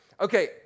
Okay